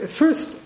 first